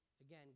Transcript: Again